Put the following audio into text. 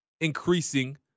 increasing